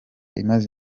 imaze